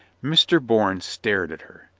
mr. bourne stared at her.